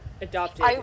adopted